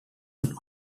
action